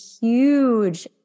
huge